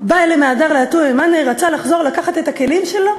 "בעי למיהדר לאתויי מאניה" רצה לחזור לקחת את הכלים שלו,